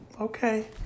Okay